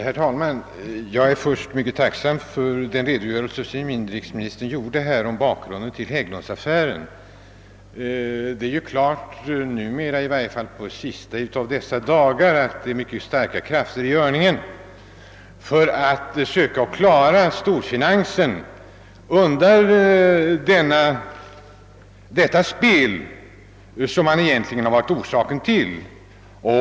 Herr talman! Jag är mycket tacksam för inrikesministerns redogörelse om bakgrunden till Hägglundsaffären. Det har blivit klart i varje fall under de sista av dessa dagar, att mycket starka krafter är i rörelse för att söka klara storfinansen undan det spel som man egentligen varit orsaken till.